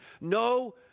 No